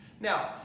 now